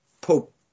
Pope